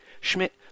Schmidt